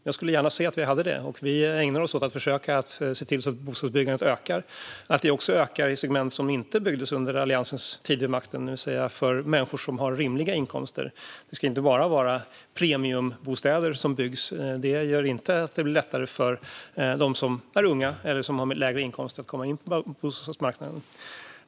Jag skulle gärna se att vi hade det, och vi ägnar oss åt att försöka se till att bostadsbyggandet ökar, också i segment där det inte byggdes under Alliansens tid vid makten, det vill säga för människor som har rimliga inkomster. Det ska inte vara premiumbostäder som byggs. Det gör det inte lättare för dem som är unga eller har lägre inkomster att komma in på bostadsmarknaden.